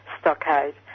stockade